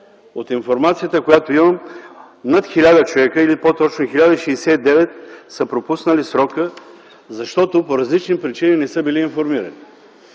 От информацията, която имам, над 1000 човека, или по-точно 1069 са пропуснали срока, защото по различни причини не са били информирани.